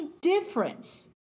difference